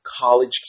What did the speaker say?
college